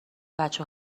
بچه